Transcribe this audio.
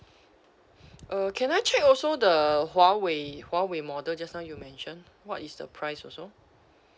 uh can I check also the Huawei Huawei model just now you mention what is the price also